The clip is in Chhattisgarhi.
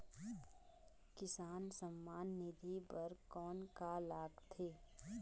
किसान सम्मान निधि बर कौन का लगथे?